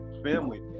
family